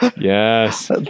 Yes